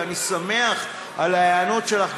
ואני שמח על ההיענות שלך,